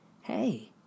hey